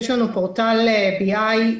יש לנו פורטל BI,